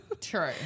True